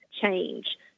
change